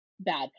bad